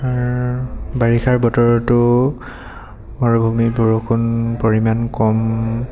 আপোনাৰ বাৰিষাৰ বতৰতো মৰুভূমিৰ বৰষুণ পৰিমাণ কম